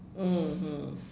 mmhmm